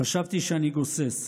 חשבתי שאני גוסס.